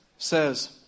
Says